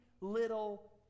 little